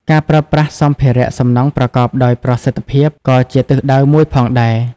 ការប្រើប្រាស់សម្ភារៈសំណង់ប្រកបដោយប្រសិទ្ធភាពក៏ជាទិសដៅមួយផងដែរ។